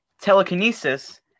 Telekinesis